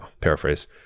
paraphrase